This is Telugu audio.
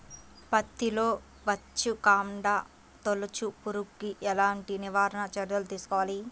పత్తిలో వచ్చుకాండం తొలుచు పురుగుకి ఎలాంటి నివారణ చర్యలు తీసుకోవాలి?